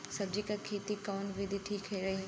सब्जी क खेती कऊन विधि ठीक रही?